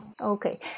Okay